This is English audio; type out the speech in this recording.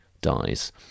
dies